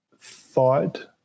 thought